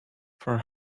for